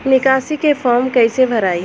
निकासी के फार्म कईसे भराई?